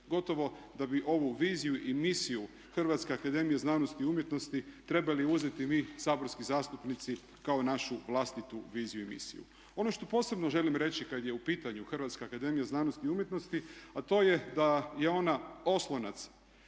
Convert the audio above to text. Gotovo da bi ovu viziju i misiju Hrvatske akademije znanosti i umjetnosti trebali uzeti mi saborski zastupnici kao našu vlastitu viziju i misiju. Ono što posebno želim reći kad je u pitanju Hrvatska akademija znanosti i umjetnosti a to je da je ona oslonac